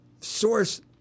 source